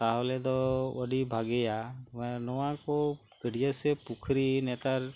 ᱛᱟᱦᱚᱞᱮᱫᱚ ᱟᱹᱰᱤ ᱵᱷᱟᱜᱤᱭᱟ ᱢᱟᱱᱮ ᱱᱚᱣᱟᱠᱩ ᱜᱟᱹᱰᱭᱟᱹ ᱥᱮ ᱯᱩᱠᱷᱨᱤ ᱱᱮᱛᱟᱨ